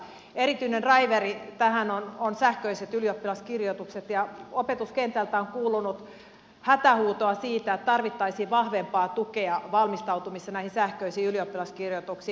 erityinen draiveri tähän on sähköiset ylioppilaskirjoitukset ja opetuskentältä on kuulunut hätähuutoa siitä että tarvittaisiin vahvempaa tukea valmistautumisessa sähköisiin ylioppilaskirjoituksiin